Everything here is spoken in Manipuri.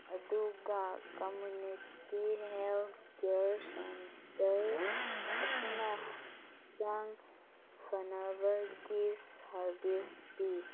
ꯑꯗꯨꯒ ꯀꯝꯃꯨꯅꯤꯇꯤ ꯍꯦꯜꯇ ꯀꯦꯔ ꯁꯦꯟꯇꯔ ꯑꯁꯤꯅ ꯍꯛꯆꯥꯡ ꯐꯅꯕꯒꯤ ꯁꯥꯔꯕꯤꯁ ꯄꯤ